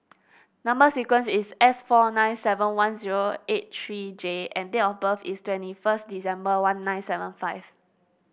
number sequence is S four nine seven one zero eight three J and date of birth is twenty first December one nine seven five